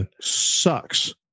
sucks